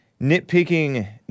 Nitpicking